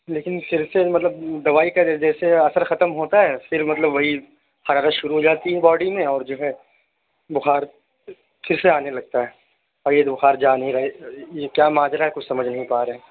لیکن پھر سے مطلب دوائی کا جیسے اثر ختم ہوتا ہے پھر مطلب وہی حرارت شروع ہو جاتی ہے باڈی میں اور جو ہے بخار پھر سے آنے لگتا ہے اور یہ بخار جا نہیں رہا ہے یہ کیا ماجرا ہے کچھ سمجھ نہیں پا رہے ہیں